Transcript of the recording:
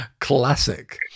Classic